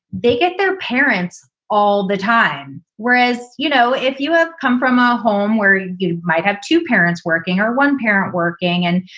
they get their parents all the time. whereas, you know, if you ah come from a home where you might have two parents working or one parent working and,